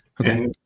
Okay